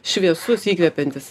šviesus įkvepiantis